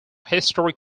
historic